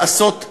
לעשות כלום.